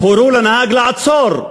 הורו לנהג לעצור.